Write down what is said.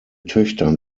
töchtern